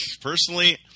personally